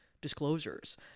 disclosures